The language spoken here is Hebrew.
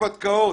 להרפתקאות.